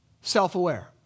self-aware